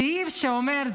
סעיף שאומר,